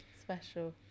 special